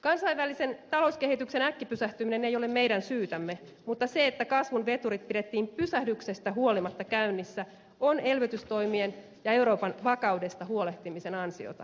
kansainvälisen talouskehityksen äkkipysähtyminen ei ole meidän syytämme mutta se että kasvun veturit pidettiin pysähdyksestä huolimatta käynnissä on elvytystoimien ja euroopan vakaudesta huolehtimisen ansiota